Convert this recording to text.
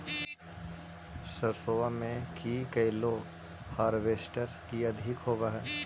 सरसोबा मे की कैलो हारबेसटर की अधिक होब है?